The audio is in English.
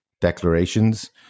declarations